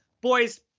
boys